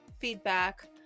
feedback